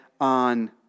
on